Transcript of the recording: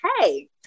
hey